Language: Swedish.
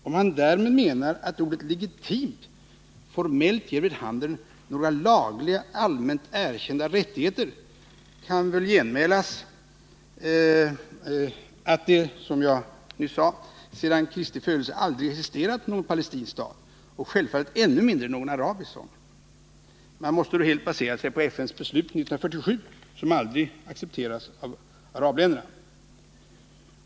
Om han därmed menar att ordet ”legitim” formellt ger vid handen några lagliga, allmänt erkända rättigheter kan väl genmälas att det, som jag nyss sade, sedan Kristi födelse aldrig existerat någon palestinsk stat och självfallet ännu mindre någon arabisk sådan. Man måste då helt basera sig på FN:s beslut 1947, som aldrig accepterats av arabländerna.